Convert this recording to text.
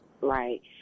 Right